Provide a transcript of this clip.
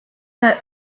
set